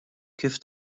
kif